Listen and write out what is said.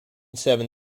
seven